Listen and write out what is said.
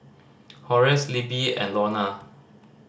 Horace Libbie and Lorna